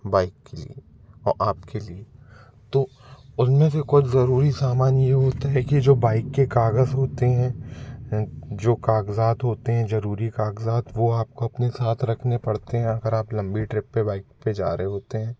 bike के लिए और आपके लिए तो उनमें से कुछ ज़रूरी सामान ये होता है कि जो बाइक के कागज़ होते हैं जो कागज़ात होते हैं जरूरी कागज़ात वो आपको अपने साथ रखने पड़ते हैं अगर आप लंबी ट्रिप पे बाइक पे जा रहे होते हैं